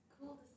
cool